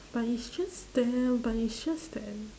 but it's just damn but is just damn